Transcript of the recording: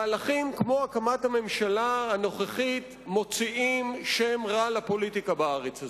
מהלכים כמו הקמת הממשלה הנוכחית מוציאים שם רע לפוליטיקה בארץ הזאת.